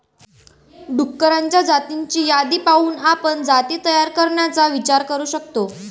डुक्करांच्या जातींची यादी पाहून आपण जाती तयार करण्याचा विचार करू शकतो